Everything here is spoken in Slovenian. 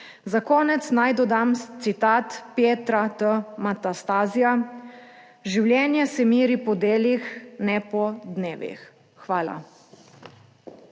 Za konec naj dodam citat Petra T. Matastasija: "Življenje se meri po delih, ne po dnevih." Hvala.